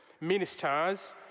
ministers